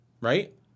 Right